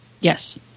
Yes